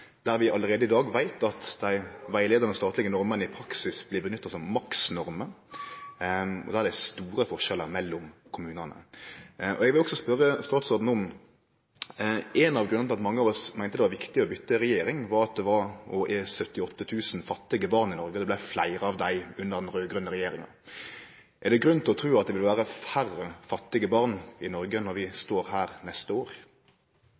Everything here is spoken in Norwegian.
der vi allereie i dag veit at dei rettleiande statlege normene i praksis blir nytta som maksnormer, og der det er store forskjellar mellom kommunane. Ein av grunnane til at mange av oss meinte det var viktig å byte regjering, var at det var – og er – 78 000 fattige barn i Noreg, og at det vart fleire av dei under den raud-grøne regjeringa. Eg vil spørje statsråden om det er grunn til å tru at det vil vere færre fattige barn i Noreg når vi står her neste år.